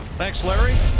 thanks, larry.